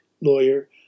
lawyer